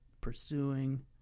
pursuing